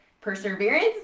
perseverance